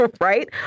Right